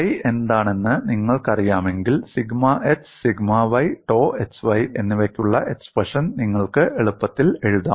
phi എന്താണെന്ന് നിങ്ങൾക്കറിയാമെങ്കിൽ sigma x sigma y ടോ xy എന്നിവയ്ക്കുള്ള എക്സ്പ്രഷൻ നിങ്ങൾക്ക് എളുപ്പത്തിൽ എഴുതാം